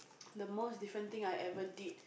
the most different thing I ever did